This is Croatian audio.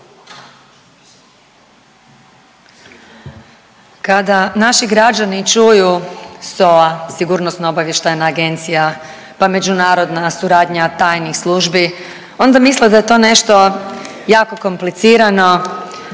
Kada naši građani čuju SOA, Sigurnosno-obavještajna agencija, pa međunarodna suradnja tajnih službi onda misle da je to nešto jako komplicirano